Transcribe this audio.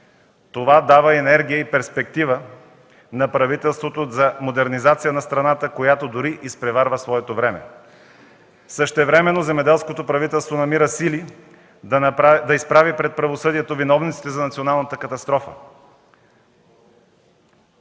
Това дава енергия и перспектива на правителството за модернизация на страната, която дори изпреварва своето време. Същевременно земеделското правителство намира сили да изправи пред правосъдието виновниците за националната катастрофа.